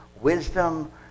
wisdom